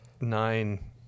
nine